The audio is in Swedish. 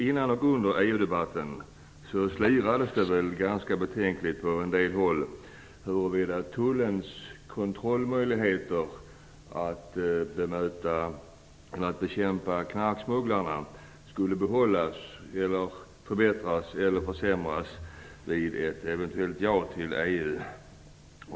Innan och under EU-debatten slirades det ganska betänkligt på en del håll i frågan om tullens kontrollmöjligheter för bekämpning av knarksmuggling skulle komma att behållas, förbättras eller försämras vid ett eventuellt ja till EU.